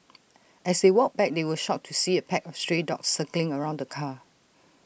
as they walked back they were shocked to see A pack of stray dogs circling around the car